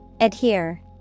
Adhere